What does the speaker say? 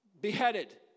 beheaded